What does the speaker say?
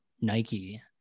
Nike